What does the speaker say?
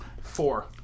Four